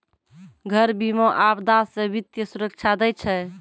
घर बीमा, आपदा से वित्तीय सुरक्षा दै छै